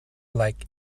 like